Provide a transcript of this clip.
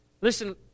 Listen